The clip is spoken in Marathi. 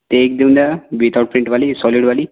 ते एक देऊन द्या विदाउट प्रिंटवाली सॉलिडवाली